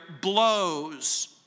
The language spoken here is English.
blows